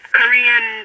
korean